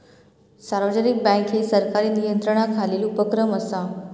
सार्वजनिक बँक ही सरकारी नियंत्रणाखालील उपक्रम असा